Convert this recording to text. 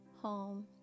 home